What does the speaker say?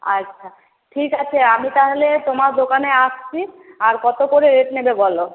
আচ্ছা ঠিক আছে আমি তাহলে তোমার দোকানে আসছি আর কত করে রেট নেবে বলো